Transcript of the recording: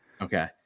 Okay